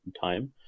time